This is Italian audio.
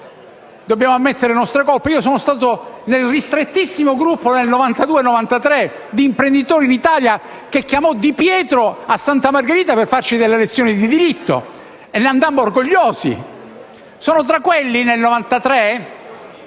Dobbiamo ammettere le nostre colpe. Io faccio parte del ristrettissimo gruppo degli imprenditori d'Italia che, nel 1992‑1993, chiamò Di Pietro a Santa Margherita per farci delle lezioni di diritto e ne andammo orgogliosi. Sono tra quelli, nel 1993,